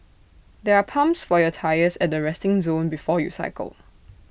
there are pumps for your tyres at the resting zone before you cycle